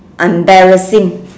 embarrassing